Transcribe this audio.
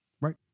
right